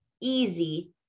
easy